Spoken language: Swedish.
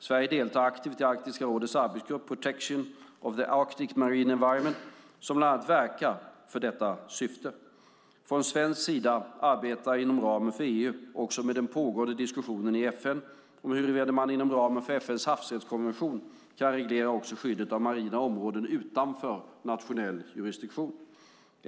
Sverige deltar aktivt i Arktiska rådets arbetsgrupp Protection of the Arctic Marine Environment, som bland annat verkar för detta syfte. Från svensk sida arbetar vi inom ramen för EU också med den pågående diskussionen i FN om huruvida man inom ramen för FN:s havsrättskonvention kan reglera också skyddet av marina områden utanför nationell jurisdiktion.